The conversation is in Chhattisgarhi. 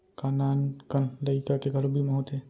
का नान कन लइका के घलो बीमा होथे?